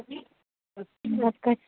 بپ کا